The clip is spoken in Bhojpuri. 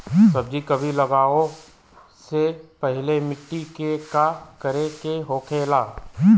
सब्जी कभी लगाओ से पहले मिट्टी के का करे के होखे ला?